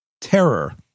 terror